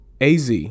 AZ